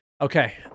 Okay